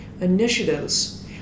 initiatives